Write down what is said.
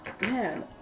Man